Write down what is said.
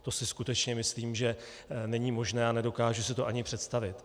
To si skutečně myslím, že není možné a nedokážu si to ani představit.